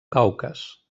caucas